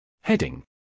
Heading